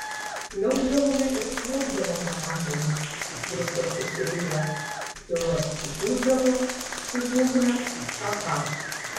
pliaupdavome ir pliaupdavome vandenį druskos prisiriję pilvas išsipūsdavo kaip būgnas cha cha